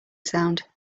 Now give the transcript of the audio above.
sound